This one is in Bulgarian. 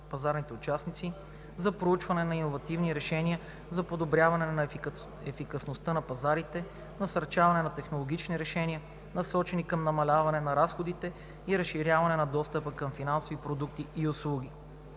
пазарните участници за проучване на иновативни решения за подобряване на ефективността на пазарите; насърчаване на технологични решения, насочени към намаляване на разходите и разширяване на достъпа към финансови продукти и услуги.